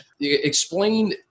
explain